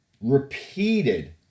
repeated